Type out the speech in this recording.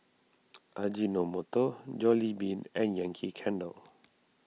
Ajinomoto Jollibean and Yankee Candle